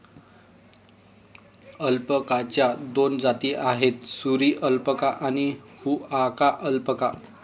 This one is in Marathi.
अल्पाकाच्या दोन जाती आहेत, सुरी अल्पाका आणि हुआकाया अल्पाका